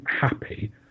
happy